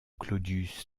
claudius